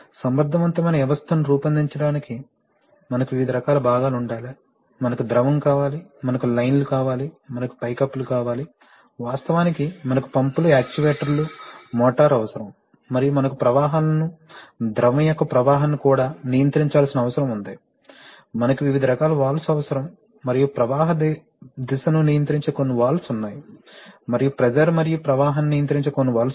సమర్థవంతమైన వ్యవస్థను రూపొందించడానికి మనకు వివిధ రకాల భాగాలు ఉండాలి మనకు ద్రవం కావాలి మనకు లైన్లు కావాలి మనకు పైకప్పులు కావాలి వాస్తవానికి మనకు పంపులు యాక్యుయేటర్లు మోటారు అవసరం మరియు మనకు ప్రవాహాలను ద్రవం యొక్క ప్రవాహాన్ని కూడా నియంత్రించాల్సిన అవసరం ఉంది మనకు వివిధ రకాల వాల్వ్స్ అవసరం మరియు ప్రవాహ దిశను నియంత్రించే కొన్ని వాల్వ్స్ ఉన్నాయి మరియు ప్రెషర్ మరియు ప్రవాహాన్ని నియంత్రించే కొన్ని వాల్వ్స్ ఉన్నాయి